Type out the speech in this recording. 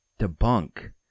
debunk